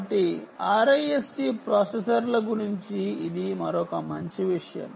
కాబట్టి RISC ప్రాసెసర్ల గురించి ఇది మరొక మంచి విషయం